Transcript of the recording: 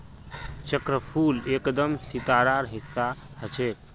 चक्रफूल एकदम सितारार हिस्सा ह छेक